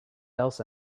else